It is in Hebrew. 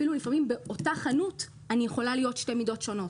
ולפעמים אפילו באותה חנות אני יכולה להיות שתי מידות שונות.